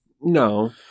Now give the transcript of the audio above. No